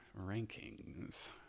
rankings